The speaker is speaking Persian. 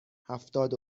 هفتاد